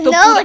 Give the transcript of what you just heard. no